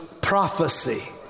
prophecy